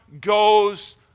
goes